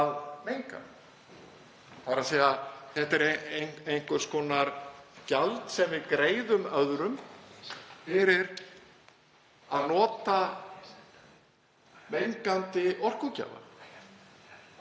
fyrir að menga. Hann er einhvers konar gjald sem við greiðum öðrum fyrir að nota mengandi orkugjafa.